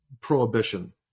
prohibition